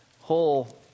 whole